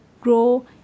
grow